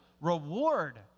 Reward